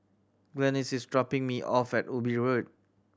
Glennis is dropping me off at Ubi Road